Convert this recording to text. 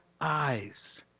eyes